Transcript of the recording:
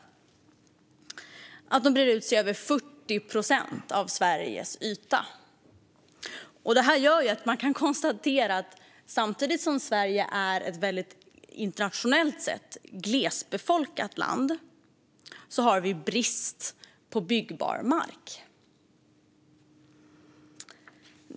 Riksintressena breder ut sig över 40 procent av Sveriges yta. Detta gör att man kan konstatera att samtidigt som Sverige är ett internationellt sett väldigt glesbefolkat land har vi brist på byggbar mark.